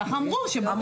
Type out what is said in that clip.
ככה אמרו, שבוטל.